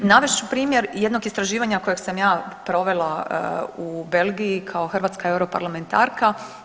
Navest ću primjer jednog istraživanja kojeg sam ja provela u Belgiji kao hrvatska europarlamentarka.